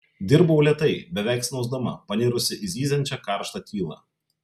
dirbau lėtai beveik snausdama panirusi į zyziančią karštą tylą